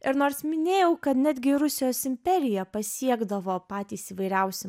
ir nors minėjau kad netgi rusijos imperiją pasiekdavo patys įvairiausi